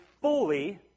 fully